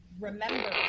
remember